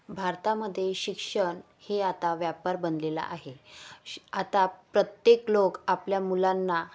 भारतामध्ये शिक्षण हे आता व्यापार बनलेलं आहे श आता प्रत्येक लोक आपल्या मुलांना